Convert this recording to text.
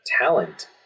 talent